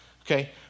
Okay